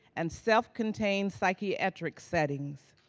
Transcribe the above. and self-contained psychiatric settings.